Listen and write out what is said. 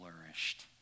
flourished